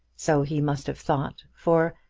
so he must have thought for,